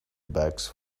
bags